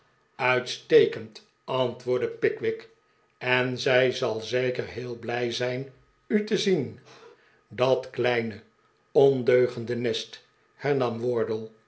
uitstekend antwoordde pickwick en zij zal zeker heel blij zijn u te zien dat kleine ondeugende nest hernam